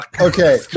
Okay